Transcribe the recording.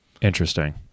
Interesting